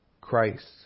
Christ